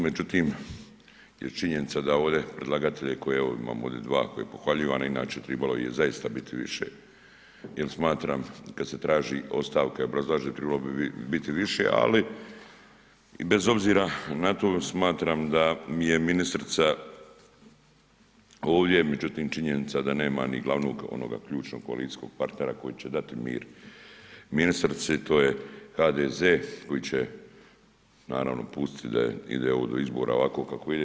Međutim je činjenica da ovdje predlagatelj ko je, evo ovdje imamo dva koje pohvaljivam, inače tribalo ih je zaista biti više jel smatram kada se traži ostavka i obrazlaže tribalo bi biti više, ali bez obzira na to smatram da mi je ministrica ovdje međutim činjenica da nema ni glavnog onoga ključnog koalicijskog partnera koji će dati ministrici to je HDZ koji će naravno pustiti da ide ovo do izbora ovako kako ide.